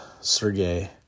Sergey